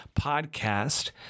podcast